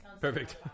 Perfect